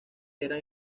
eran